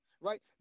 right